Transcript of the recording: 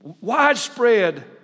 widespread